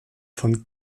von